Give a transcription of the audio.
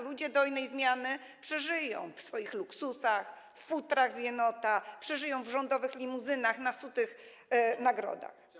Ludzie dojnej zmiany przeżyją w swoich luksusach, w futrach z jenota, przeżyją w rządowych limuzynach, dzięki sutym nagrodom.